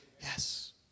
Yes